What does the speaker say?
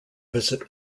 visit